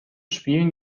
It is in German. spielen